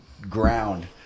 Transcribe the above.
ground